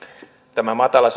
tämä matala